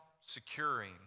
securing